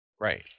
Right